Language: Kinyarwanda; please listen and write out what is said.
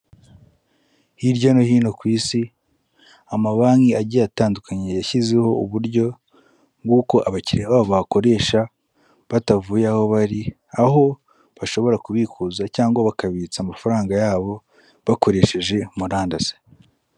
Hirya no hino ku isi amabanki agiye atandukanye yashyizeho uburyo bw'uko abakiriya babo bakoresha, batavuye aho bari aho bashobora kubikuza cyangwa bakabitsa amafaranga yabo bakoresheje murandasi.